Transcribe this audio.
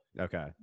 Okay